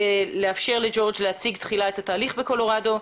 ולאפשר לג'ורג' להציג תחילה את התהליך בקולורדו,